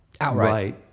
Outright